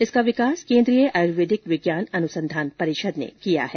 इसका विकास केन्द्रीय आयूर्वेदिक विज्ञान अनुसंधान परिषद ने किया है